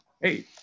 Hey